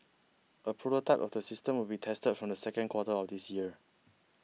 a prototype of the system will be tested from the second quarter of this year